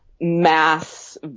mass